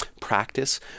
practice